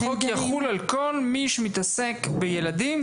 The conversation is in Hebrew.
החוק יחול על כל מי שמתעסק בילדים,